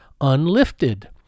unlifted